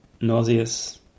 nauseous